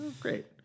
great